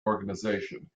organization